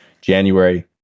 January